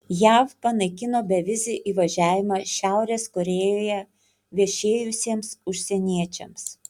jav panaikino bevizį įvažiavimą šiaurės korėjoje viešėjusiems užsieniečiams